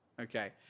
okay